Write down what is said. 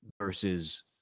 versus